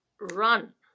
run